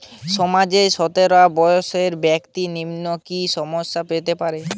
সমাজের সতেরো বৎসরের ব্যাক্তির নিম্নে কি সাহায্য পেতে পারে?